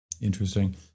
interesting